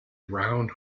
round